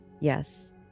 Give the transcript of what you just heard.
Yes